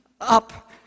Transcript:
up